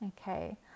okay